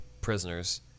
prisoners